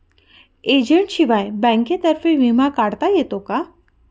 एजंटशिवाय बँकेतर्फे विमा काढता येतो का?